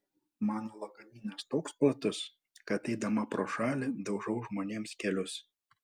mano lagaminas toks platus kad eidama pro šalį daužau žmonėms kelius